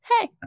Hey